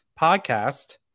podcast